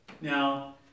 Now